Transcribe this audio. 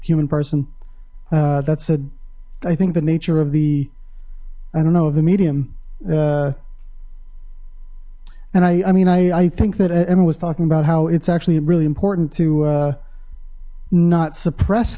human person that said i think the nature of the i don't know of the medium and i i mean i i think that emma was talking about how it's actually really important to not suppress